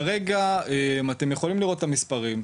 כרגע אתם יכולים לראות את המספרים,